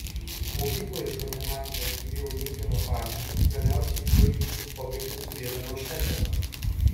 mokykloje iš matematikos turėjau neigiamą pažymį galiausiai b lygiu pabaigiau turėdamas šešetą